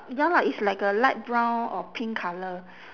ya lah it's like a light brown or pink colour